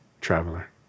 traveler